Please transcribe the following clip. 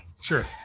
Sure